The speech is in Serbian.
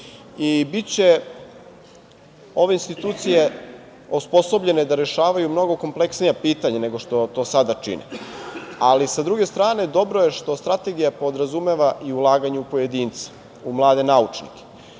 i nauci. Ove institucije biće osposobljene da rešavaju mnogo kompleksnija pitanja, nego što to sada čine, ali sa druge strane, dobro je što strategija podrazumeva i ulaganje u pojedinca, u mlade naučnike. Mislim